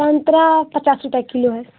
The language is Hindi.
संतरा पचास रुपये किलो है